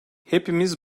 hepimiz